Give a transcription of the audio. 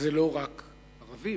וזה לא רק ערבים,